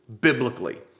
biblically